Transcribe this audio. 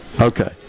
Okay